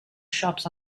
shops